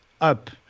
up